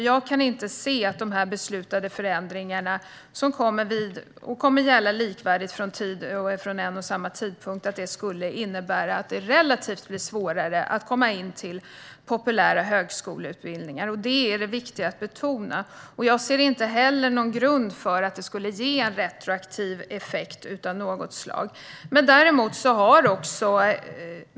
Jag kan inte se att de beslutade förändringarna, som kommer att gälla likvärdigt från en och samma tidpunkt, skulle innebära att det relativt blir svårare att komma in på populära högskoleutbildningar. Detta är det viktiga att betona. Jag ser inte heller någon grund för att det skulle ge en retroaktiv effekt av något slag.